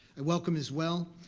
i welcome as well,